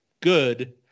good